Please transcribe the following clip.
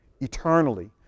eternally